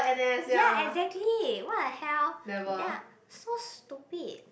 ya exactly what the hell they are so stupid